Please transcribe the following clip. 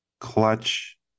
clutch